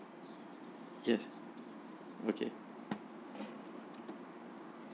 yes okay